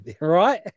right